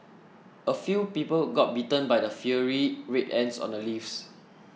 a few people got bitten by the fiery Red Ants on the leaves